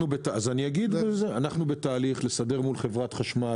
אנחנו בתהליך לסדר מול חברת החשמל